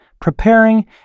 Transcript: preparing